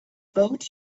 boat